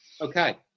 Okay